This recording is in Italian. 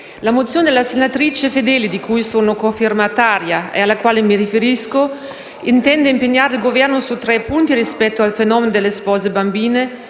la mozione della senatrice Fedeli, di cui sono cofirmataria e alla quale mi riferisco, intende impegnare il Governo su tre punti rispetto al fenomeno delle spose bambine,